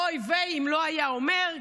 ואוי-ויי אם לא היה אומר,